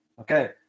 Okay